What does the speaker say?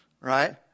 right